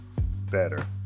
better